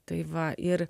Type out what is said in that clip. tai va ir